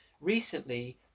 recently